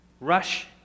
Rush